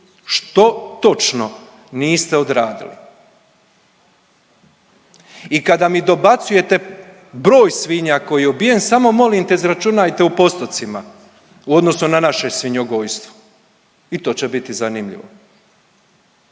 Što točno niste odradili? I kada mi dobacujete broj svinja koji je ubijen samo molim te izračunajte u postocima u odnosu na naše svinjogojstvo i to će biti zanimljivo.